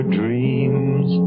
dreams